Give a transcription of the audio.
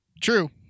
True